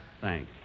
Thanks